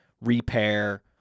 repair